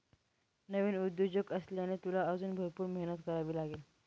नवीन उद्योजक असल्याने, तुला अजून भरपूर मेहनत करावी लागेल